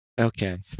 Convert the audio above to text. Okay